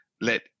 let